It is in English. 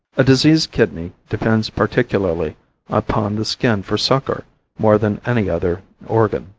a diseased kidney depends particularly upon the skin for succor more than any other organ.